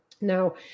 Now